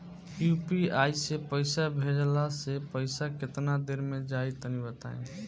UPI से पईसा भेजलाऽ से पईसा केतना देर मे जाई तनि बताई?